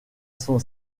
son